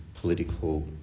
political